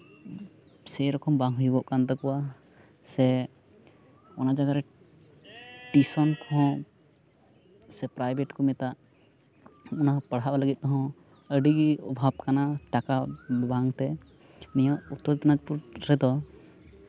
ᱥᱮᱨᱚᱠᱚᱢ ᱵᱟᱝ ᱦᱩᱭᱩᱜᱚᱜ ᱠᱟᱱ ᱛᱟᱠᱚᱣᱟ ᱥᱮ ᱚᱱᱟ ᱡᱟᱭᱜᱟ ᱨᱮ ᱴᱤᱭᱩᱥᱚᱱ ᱠᱚᱦᱚᱸ ᱥᱮ ᱯᱨᱟᱭᱵᱷᱮᱴ ᱠᱚ ᱢᱮᱛᱟᱜ ᱚᱱᱟ ᱦᱚᱸ ᱯᱟᱲᱦᱟᱣ ᱞᱟᱹᱜᱤᱫ ᱛᱮᱦᱚᱸ ᱟᱹᱰᱤ ᱜᱮ ᱚᱵᱷᱟᱵ ᱠᱟᱱᱟ ᱴᱟᱠᱟ ᱵᱟᱝ ᱛᱮ ᱩᱱᱟᱹᱜ ᱩᱛᱛᱚᱨ ᱫᱤᱱᱟᱡᱯᱩᱨ ᱨᱮᱫᱚ